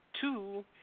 two